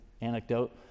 anecdote